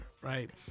Right